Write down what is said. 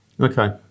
Okay